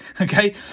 Okay